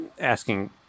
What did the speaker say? asking